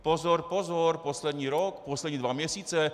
Pozor, pozor, poslední rok, poslední dva měsíce.